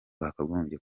twakagombye